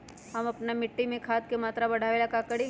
हम अपना मिट्टी में खाद के मात्रा बढ़ा वे ला का करी?